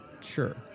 Sure